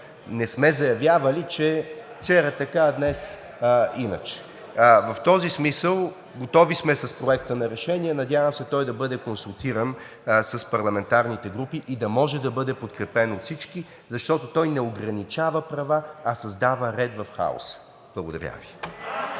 Не сме заявявали, че вчера така, а днес иначе. В този смисъл готови сме с Проекта на решение. Надявам се да бъде консултиран с парламентарните групи и да може да бъде подкрепен от всички, защото той не ограничава права, а създава ред в хаоса. Благодаря Ви.